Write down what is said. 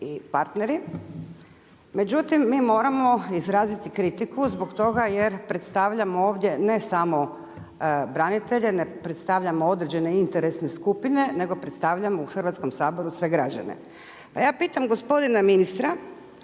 i partneri, međutim mi moramo izraziti kritiku zbog toga jer predstavljamo ovdje ne samo branitelje, ne predstavljamo određene interesne skupine nego predstavljamo u Hrvatskom saboru sve građane. Pa ja pitam gospodina ministra